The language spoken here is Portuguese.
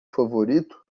favorito